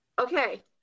Okay